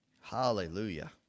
Hallelujah